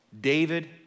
David